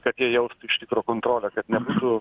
kad jie jaustų iš tikro kontrolę kad nebūtų